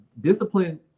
discipline